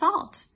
salt